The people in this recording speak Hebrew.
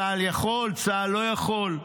צה"ל יכול, צה"ל לא יכול,